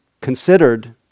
considered